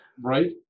right